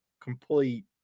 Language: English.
complete